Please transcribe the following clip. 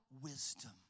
wisdom